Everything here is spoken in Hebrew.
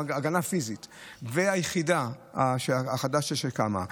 והיחידה החדשה שקמה,